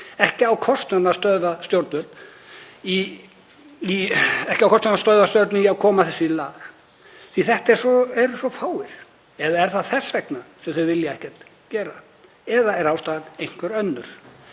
Ekki á kostnaðurinn að stöðva stjórnvöld í að koma þessu í lag því að þetta eru svo fáir. Eða er það þess vegna sem þau vilja ekkert gera? Eða er ástæðan einhver önnur?